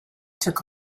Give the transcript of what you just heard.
took